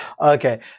Okay